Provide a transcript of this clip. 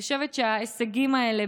אני חושבת שההישגים האלה,